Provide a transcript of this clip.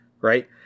right